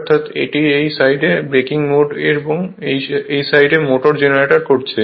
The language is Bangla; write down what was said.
অর্থাৎ এটি এই সাইড ব্রেকিং মোড এবং এই সাইড মোড জেনারেট করছে